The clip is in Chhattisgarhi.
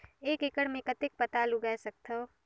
एक एकड़ मे कतेक पताल उगाय सकथव?